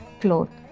cloth